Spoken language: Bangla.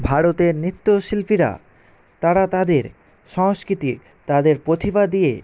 ভারতের নৃত্য শিল্পীরা তারা তাদের সংস্কৃতি তাদের প্রতিভা দিয়ে